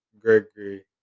Gregory